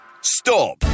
Stop